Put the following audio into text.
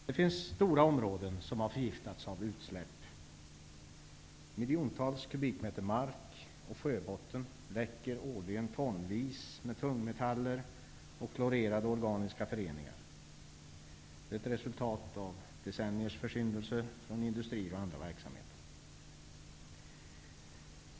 Det finns stora områden som har förgiftats av utsläpp. Miljontals kubikmeter mark och sjöbotten läcker årligen tonvis med tungmetaller och klorerade organiska föreningar -- ett resultat av decenniers försyndelser från industrier och andra verksamheter.